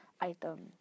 item